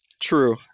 True